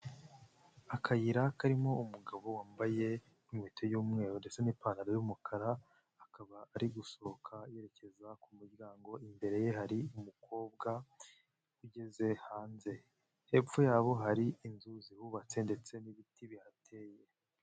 Akayira karimo umugabo wambaye inkweto y'umweru ndetse n'ipantaro y'umukara, akaba ari gusohoka yerekeza ku muryango imbere ye hari umukobwa ugeze hanze, hepfo yabo hari inzu zihubatse ndetse n'ibiti bihateye.